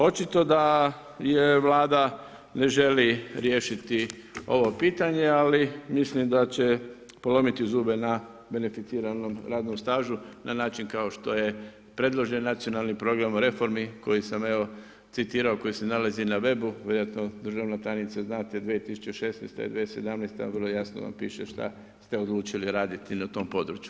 Očito je da Vlada ne želi riješiti ovo pitanje, ali mislim da će polomiti zube na beneficiranom radnom stažu na način kao što je predložen Nacionalni program reformi koji sam evo citirao koji se nalazi na web-u, vjerojatno državna tajnice znate 2016., 2017. vrlo jasno vam piše šta ste odlučili raditi na tom području.